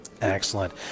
Excellent